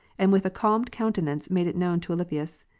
and with a calmed countenance made it known to alypius.